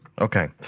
Okay